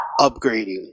upgrading